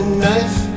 knife